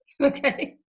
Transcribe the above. okay